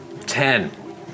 Ten